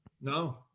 No